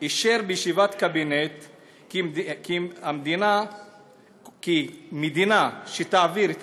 אישר בישיבת קבינט כי מדינה שתעביר את